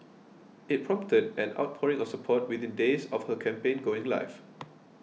it prompted an outpouring of support within days of her campaign going live